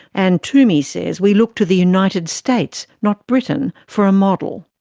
and twomey says we looked to the united states, not britain, for a model.